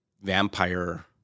vampire